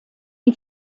die